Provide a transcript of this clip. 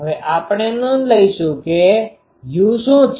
હવે આપણે નોંધ લઈશું કે u શું છે